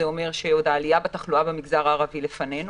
זה אומר שהעלייה בתחלואה במגזר הערבי עוד לפנינו